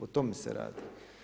O tome se radi.